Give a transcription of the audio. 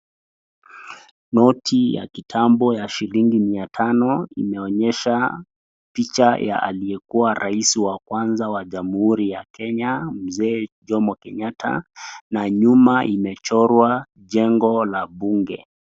Noti ya kitambo ya shilingi mia tano imeonyesha picha ya aliyekuwa rais wa kwanza wa Jamhuri ya Kenya, Mzee Jomo Kenyatta na nyuma imechorwa jengo la bunge.